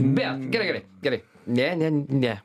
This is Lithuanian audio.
bet gerai gerai gerai ne ne ne